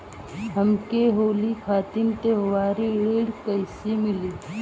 हमके होली खातिर त्योहारी ऋण कइसे मीली?